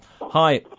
Hi